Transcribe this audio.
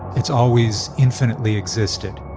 it's always infinitely existed.